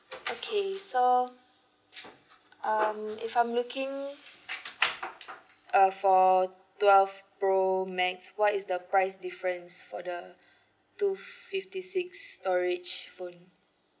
okay so um if I'm looking uh for twelve pro max what is the price difference for the two fifty six storage phone